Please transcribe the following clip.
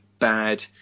bad